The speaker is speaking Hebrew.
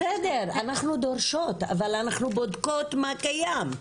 בסדר, אנחנו דורשות, אבל אנחנו בודקות מה קיים.